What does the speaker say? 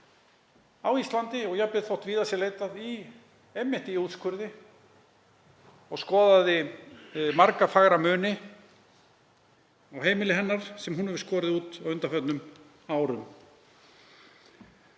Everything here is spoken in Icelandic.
á Íslandi og jafnvel þótt víðar væri leitað í útskurði og skoðaði marga fagra muni á heimili hennar sem hún hefur skorið út á undanförnum árum.